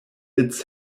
its